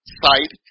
side